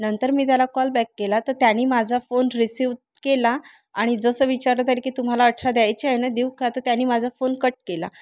नंतर मी त्याला कॉल बॅक केला त त्यांनी माझा फोन रिसिव केला आणि जसं विचारत आहेत की तुम्हाला अठरा द्यायची आहे न देऊ का त त्यांनी माझा फोन कट केला